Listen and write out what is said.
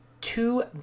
two